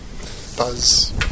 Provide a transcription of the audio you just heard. Buzz